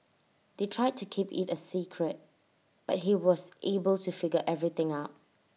they tried to keep IT A secret but he was able to figure everything out